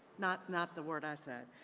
not not the word i said.